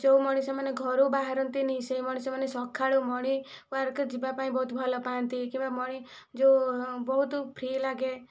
ଯେଉଁ ମଣିଷମାନେ ଘରୁ ବାହରାନ୍ତିନି ସେହି ମଣିଷମାନେ ସଖାଳୁ ମର୍ଣ୍ଣିଙ୍ଗ ୱାକ୍ ରେ ଯିବା ପାଇଁ ବହୁତ ଭଲ ପାଆନ୍ତି କିମ୍ବା ମର୍ଣ୍ଣିଙ୍ଗ ଯେଉଁ ବହୁତ ଫ୍ରି ଲାଗେ